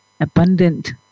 abundant